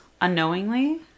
Unknowingly